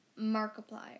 Markiplier